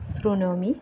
शृनोमि